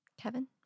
Kevin